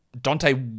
Dante